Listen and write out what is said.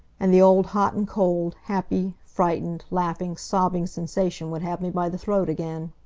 and the old hot-and-cold, happy, frightened, laughing, sobbing sensation would have me by the throat again.